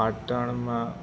પાટણમાં